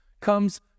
comes